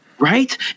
Right